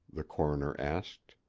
the coroner asked.